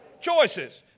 choices